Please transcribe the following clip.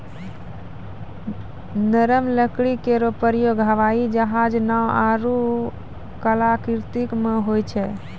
नरम लकड़ी केरो प्रयोग हवाई जहाज, नाव आरु कलाकृति म होय छै